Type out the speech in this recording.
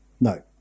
no